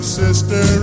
sister